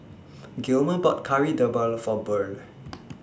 Gilmer bought Kari Debal For Burl